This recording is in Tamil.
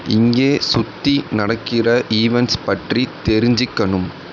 இங்கே சுற்றி நடக்கிற ஈவெண்ட்ஸ் பற்றி தெரிஞ்சிக்கணும்